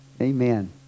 Amen